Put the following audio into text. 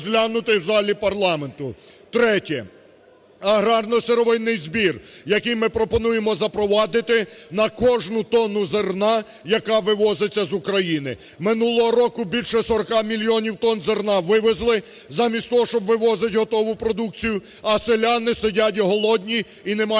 Третє. Аграрно-сировинний збір, який ми пропонуємо запровадити на кожну тонну зерна, яка вивозиться з України, минулого року більше 40 мільйонів тонн зерна вивезли, замість того щоб вивозити готову продукцію, а селяни сидять голодні і не мають